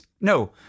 No